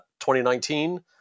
2019